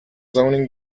zoning